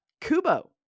Kubo